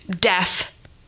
death